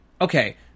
Okay